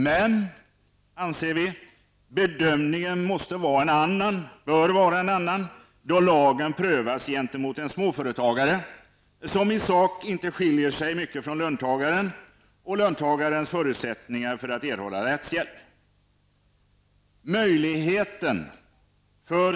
Men vi anser att bedömningen bör vara en annan då lagen prövas gentemot en småföretagare som i sak inte skiljer sig mycket från löntagaren och löntagarens förutsättningar att erhålla rättshjälp.